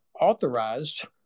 authorized